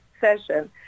session